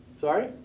Sorry